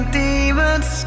demons